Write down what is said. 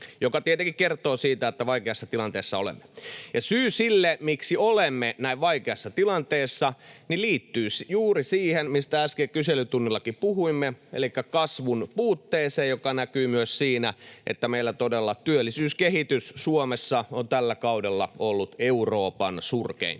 mikä tietenkin kertoo siitä, että vaikeassa tilanteessa olemme. Syy sille, miksi olemme näin vaikeassa tilanteessa, liittyy juuri siihen, mistä äsken kyselytunnillakin puhuimme, elikkä kasvun puutteeseen, joka näkyy myös siinä, että meillä Suomessa todella työllisyyskehitys on tällä kaudella ollut Euroopan surkeinta.